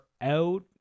out